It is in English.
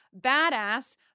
badass